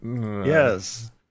Yes